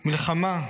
"מלחמה",